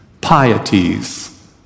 pieties